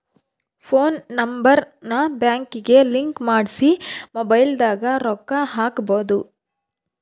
phone number ನ ಬ್ಯಾಂಕಿಗೆ link ಮಾಡ್ಸಿ ಮೊಬೈಲದಾಗ ರೊಕ್ಕ ಹಕ್ಬೊದು